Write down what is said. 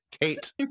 Kate